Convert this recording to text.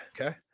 Okay